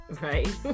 Right